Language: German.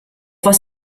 was